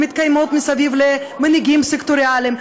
הן מתקיימות מסביב למנהיגים סקטוריאליים.